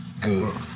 Good